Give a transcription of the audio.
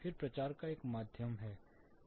फिर प्रचार का एक माध्यम है